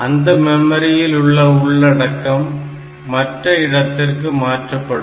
அந்த மெமரியில் உள்ள உள்ளடக்கம் மற்ற இடத்திற்கு மாற்றப்படும்